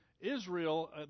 Israel